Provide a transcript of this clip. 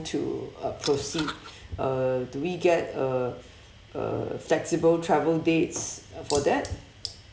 to uh proceed uh do we get a a flexible travel dates for that